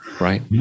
Right